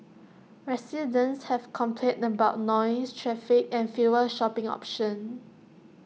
residents have complained about noise traffic and fewer shopping options